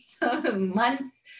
months